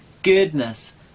goodness